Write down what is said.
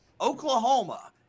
Oklahoma